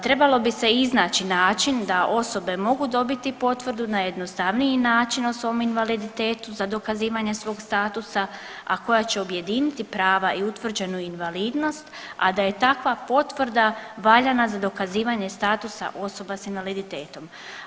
Trebalo bi se iznaći način da osobe mogu dobiti potvrdu na jednostavniji način o svom invaliditetu za dokazivanje svog statusa, a koja će objediniti prava i utvrđenu invalidnost, a da je takva potvrda valjana za dokazivanje statusa osoba s invaliditetom.